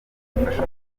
bagafasha